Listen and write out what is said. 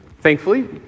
Thankfully